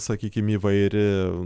sakykim įvairi